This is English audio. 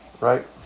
Right